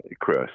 Chris